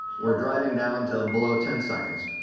are driving down to below ten seconds.